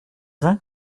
reins